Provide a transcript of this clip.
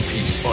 Peace